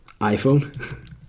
iPhone